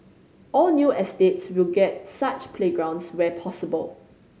all new estates will get such playgrounds where possible